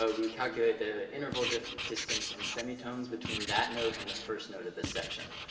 ah we calculated the interval distance in semi-tones between that note and the first note of the section.